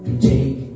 take